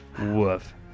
Woof